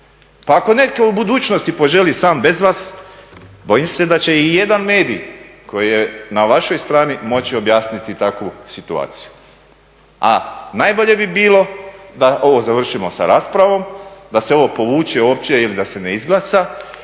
Pa ako netko u budućnosti poželi sam bez vas bojim se da će i jedan medij koji je na vašoj strani moći objasniti takvu situaciju. A najbolje bi bilo da ovo završimo sa raspravom, da se ovo povuče uopće ili da se ne izglasa